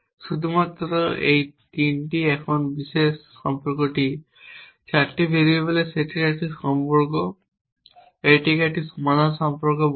শুধুমাত্র এই 3টি এখন এই বিশেষ সম্পর্কটি 4টি ভেরিয়েবলের সেটের একটি সম্পর্ক এটিকে একটি সমাধান সম্পর্ক বলা হয়